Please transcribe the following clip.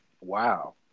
Wow